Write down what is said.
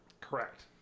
Correct